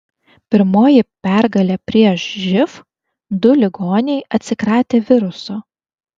pirmoji pergalė prieš živ du ligoniai atsikratė viruso